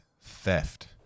theft